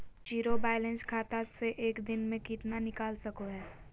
Zero balance खाता से एक दिन में कितना निकाल सको है?